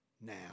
now